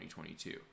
2022